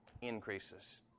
increases